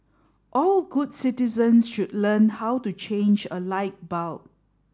all good citizens should learn how to change a light bulb